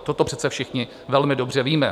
Toto přece všichni velmi dobře víme.